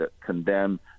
condemn